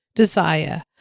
Desire